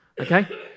okay